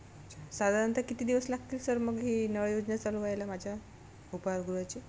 साधारणतः किती दिवस लागतील सर मग ही नळ योजना चालू व्हायला माझ्या उपाहारगृहाची